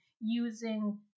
using